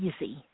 easy